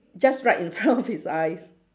just right in front of his eyes